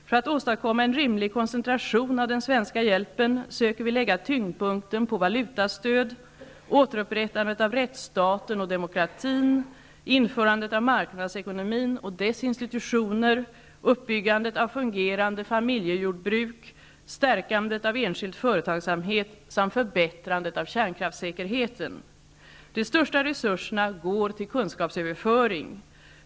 För att åstadkommma en rimlig koncentration av den svenska hjälpen söker vi lägga tyngdpunkten på valutastöd, återupprättande av rättsstaten och demokratin, införandet av marknadsekonomin och dess institutioner, uppbyggandet av fungerande familjejordbruk, stärkandet av enskild företagsamhet samt förbättrandet av kärnkraftssäkerheten. De största resurserna går till kunskapsöverföring.